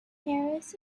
harris